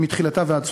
מתחילתה ועד סופה.